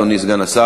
אדוני סגן השר.